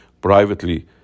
privately